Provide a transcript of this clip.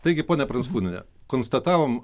taigi pone pranckūniene konstatavom